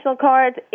cards